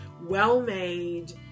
well-made